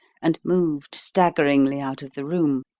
and moved staggeringly out of the room.